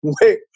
wait